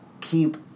keep